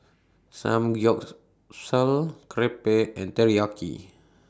Samgyeopsal Crepe and Teriyaki